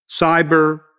cyber